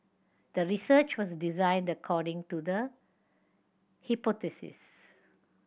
the research was designed according to the hypothesis